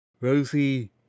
Rosie